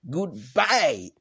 Goodbye